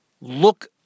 look